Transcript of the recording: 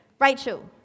Rachel